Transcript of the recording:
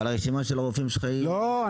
אבל רשימת הרופאים שלך --- לא,